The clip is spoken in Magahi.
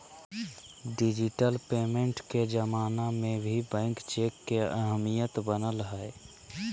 डिजिटल पेमेंट के जमाना में भी बैंक चेक के अहमियत बनल हइ